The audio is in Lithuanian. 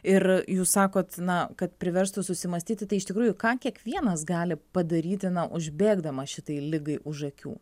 ir jūs sakot na kad priverstų susimąstyti tai iš tikrųjų ką kiekvienas gali padaryti na užbėgdamas šitai ligai už akių